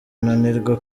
ananirwa